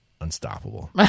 unstoppable